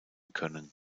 können